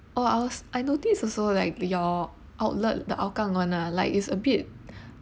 oh I was I noticed also like your outlet the hougang [one] ah like it's a bit